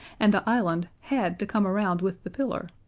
and the island had to come around with the pillar,